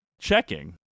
checking